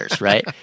right